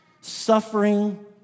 Suffering